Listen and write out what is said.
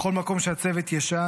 בכל מקום שהצוות ישן,